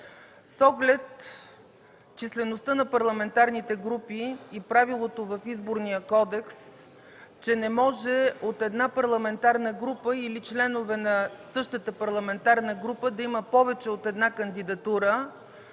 С оглед числеността на парламентарните групи и правилото в Изборния кодекс, че не може от една парламентарна група или членове на същата парламентарна група да има повече от една кандидатура,